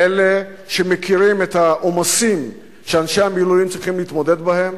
הוא לאלה שמכירים את העומסים שאנשי המילואים צריכים להתמודד עמם,